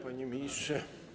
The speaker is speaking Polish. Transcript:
Panie Ministrze!